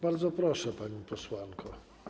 Bardzo proszę, pani posłanko.